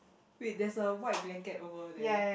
wait there's a white blanket over there